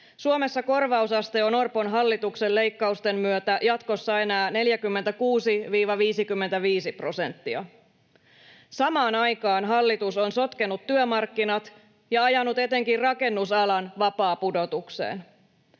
Suomessa korvausaste on Orpon hallituksen leikkausten myötä jatkossa enää 46—55 prosenttia. Samaan aikaan hallitus on sotkenut työmarkkinat ja ajanut etenkin rakennusalan vapaaseen pudotukseen.